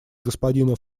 господину